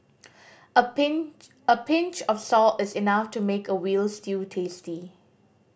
a pinch a pinch of salt is enough to make a veal stew tasty